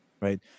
right